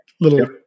little